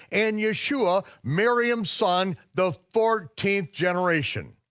and yeshua, miriam's son, the fourteenth generation.